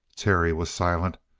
terry was silent,